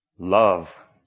Love